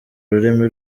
rurimi